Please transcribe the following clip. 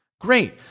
Great